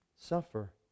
Suffer